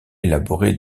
élaboré